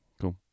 cool